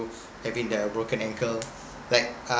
having the broken ankle like uh